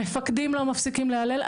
המפקדים לא מפסיקים להלל.